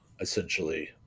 essentially